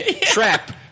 trap